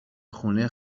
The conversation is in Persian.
خونه